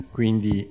quindi